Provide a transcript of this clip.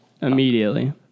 immediately